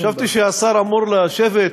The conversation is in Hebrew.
חשבתי שהשר אמור לשבת,